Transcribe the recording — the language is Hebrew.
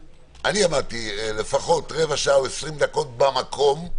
עמדתי לפחות רבע שעה או 20 דקות במקום,